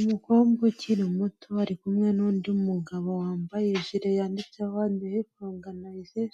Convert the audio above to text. Umukobwa ukiri muto ari kumwe n'undi mugabo wambaye ijire yanditseho pongsec